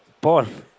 Paul